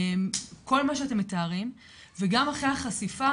כל מה שאתם מתארים וגם אחרי החשיפה,